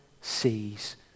sees